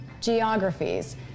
geographies